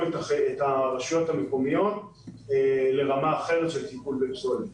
את הרשויות המקומיות לרמה אחרת של טיפול בפסולת.